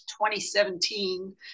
2017